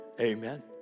Amen